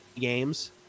games